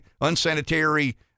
unsanitary—